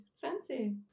Fancy